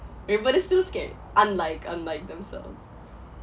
ya but it's still scary unlike unlike themselves